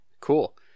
cool